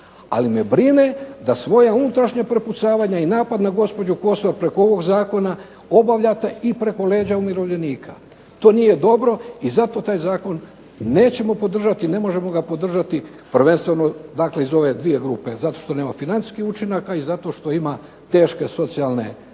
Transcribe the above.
ali me brine da svoja unutrašnja prepucavanja i napad na gospođu Kosor preko ovog Zakona obavljate i preko leđa umirovljenika. To nije dobro i zato taj Zakon nećemo i ne možemo ga podržati prvenstveno iz ove dvije grupe, zato što nema financijskih učinaka i zato što ima teške socijalne